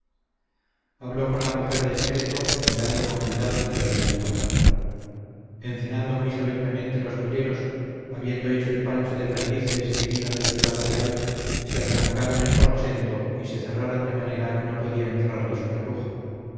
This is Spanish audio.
habló con la mujer de secreto mirando con cuidado si los veían hablar en cenando muy solemnemente los fulleros habiendo hecho el pancho de perdices y vino de ciudad real se atrancaron en su aposento y se cerraron de manera que no podía entrarles una bruja